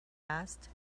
asked